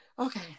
Okay